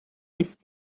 ist